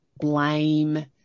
blame